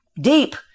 deep